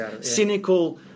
cynical